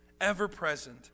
ever-present